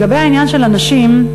לגבי העניין של הנשים: